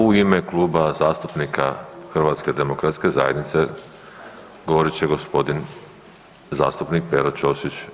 U ime Kluba zastupnika HDZ-a govorit će g. zastupnik Pero Ćosić.